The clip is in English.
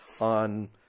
on